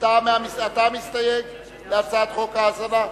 אתה המסתייג להצעת חוק האזנה?